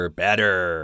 better